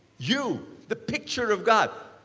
you, the picture of god.